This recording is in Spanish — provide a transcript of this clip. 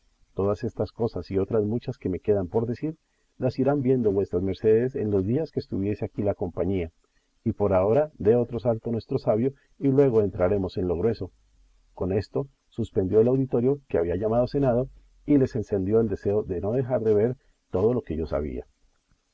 todas estas cosas y otras muchas que me quedan por decir las irán viendo vuesas mercedes en los días que estuviere aquí la compañía y por ahora dé otro salto nuestro sabio y luego entraremos en lo grueso con esto suspendió el auditorio que había llamado senado y les encendió el deseo de no dejar de ver todo lo que yo sabía